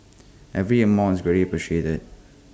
every amount is very appreciated